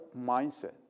mindset